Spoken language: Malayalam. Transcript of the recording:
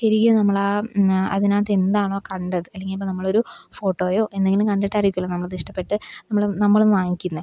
ശരിക്കും നമ്മളാ അതിനകത്തെന്താണോ കണ്ടത് അല്ലെങ്കിലിപ്പോൾ നമ്മളൊരു ഫോട്ടോയോ എന്തെങ്കിലും കണ്ടിട്ടായിരിക്കുമല്ലോ നമ്മളതിഷ്ടപ്പെട്ട് നമ്മൾ നമ്മളും വാങ്ങിക്കുന്നേ